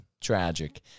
Tragic